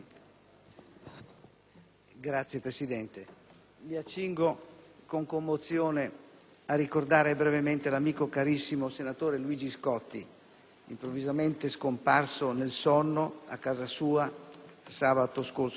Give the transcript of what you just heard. Signor Presidente, mi accingo con commozione a ricordare brevemente l'amico carissimo, senatore Luigi Scotti, improvvisamente scomparso nel sonno, a casa sua, sabato scorso 6 dicembre.